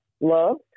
loved